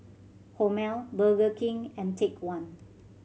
Hormel Burger King and Take One